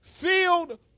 filled